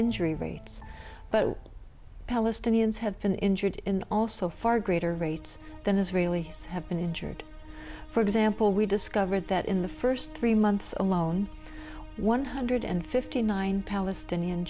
injury rates but palestinians have been injured in also far greater rates than israeli have been injured for example we discovered that in the first three months alone one hundred fifty nine palestinian